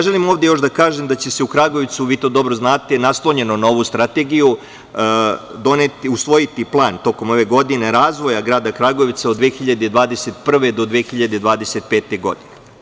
Želim ovde još da kažem da će se u Kragujevcu, vi to dobro znate, naslonjeno na ovu Strategiju, usvojiti plan tokom ove godine, razvoja grada Kragujevca od 2021. do 2025. godine.